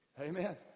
Amen